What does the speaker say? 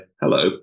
hello